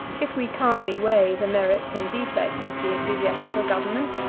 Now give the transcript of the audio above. if we calmly weigh the merits and defects of the ecclesiastical government,